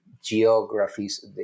geographies